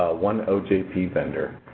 ah one ojp vendor,